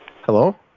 Hello